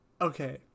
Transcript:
Okay